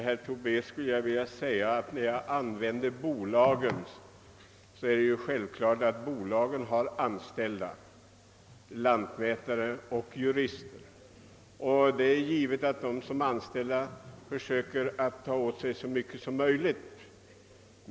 Herr talman! Det är självklart att bolagen har lantmätare och jurister anställda och att dessa i så stor utsträckning som möjligt bevakar bolagens intressen.